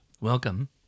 welcome